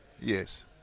yes